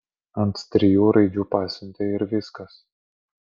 ant trijų raidžių pasiuntė ir viskas